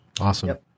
Awesome